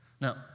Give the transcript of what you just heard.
Now